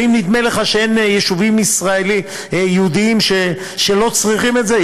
ואם נדמה לך שאין יישובים יהודיים שלא צריכים את זה,